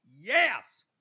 Yes